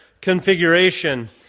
configuration